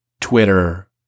Twitter